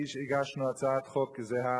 הגשנו הצעת חוק זהה,